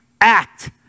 act